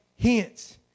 hence